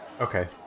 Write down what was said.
okay